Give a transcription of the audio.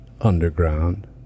Underground